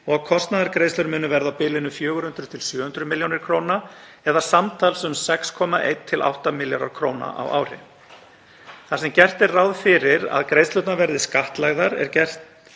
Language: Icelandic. og að kostnaðargreiðslur muni verða á bilinu 400–700 millj. kr. eða samtals um 6,1–8 milljarðar kr. á ári. Þar sem gert er ráð fyrir að greiðslurnar verði skattlagðar er gert